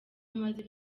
amaze